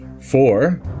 Four